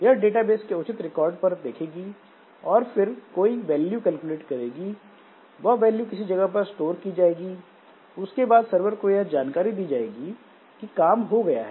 यह डेटाबेस के उचित रिकॉर्ड पर देखेगी और फिर कोई वैल्यू कैलकुलेट करेगी वह वैल्यू किसी जगह पर स्टोर की जाएगी उसके बाद सर्वर को यह जानकारी दी जाएगी कि काम हो गया है